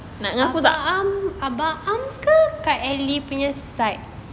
nak dengan aku tak